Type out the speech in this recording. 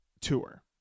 tour